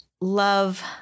love